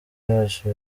yacu